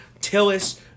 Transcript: Tillis